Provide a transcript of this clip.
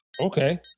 okay